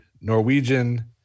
Norwegian